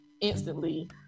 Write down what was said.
instantly